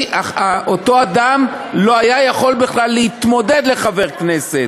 אותו אדם לא היה יכול בכלל להתמודד לכנסת.